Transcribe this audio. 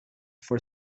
for